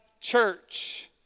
church